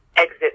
Exit